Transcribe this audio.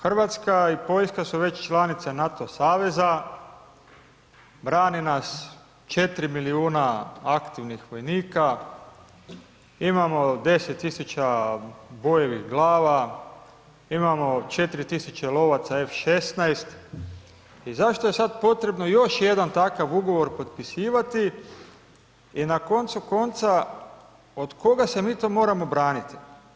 Hrvatska i Poljska su već članice NATO saveza, brane nas 4 milijuna aktivnih vojnika, imamo 10 tisuća bojevih glava, imamo 4 tisuće lovaca F-16 i zašto je sad potrebno još jedan takav ugovor potpisivati i na koncu konca, od koga se mi to moramo braniti?